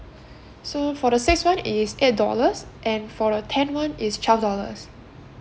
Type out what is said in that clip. so for the six one is eight dollars and for the ten one is twelve dollars